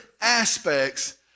aspects